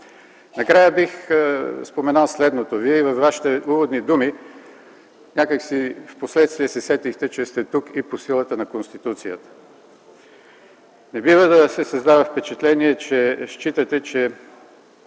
Накрая бих споменал следното. Във Вашите уводни думи някак си впоследствие се сетихте, че сте тук и по силата на Конституцията. Не бива да се създава впечатление, че считате, че